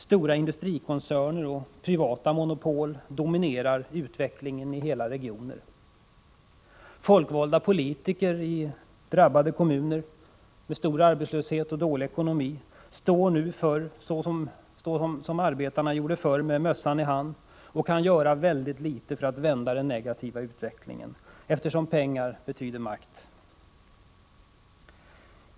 Stora industrikoncerner och privata monopol dominerar utvecklingen i hela regioner. Folkvalda politiker i drabbade kommuner med stor arbetslöshet och dålig ekonomi står nu, som arbetarna gjorde förr, med mössan i hand och kan göra väldigt litet för att vända den negativa utvecklingen, eftersom pengar betyder makt.